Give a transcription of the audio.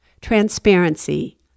transparency